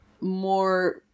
more